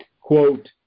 quote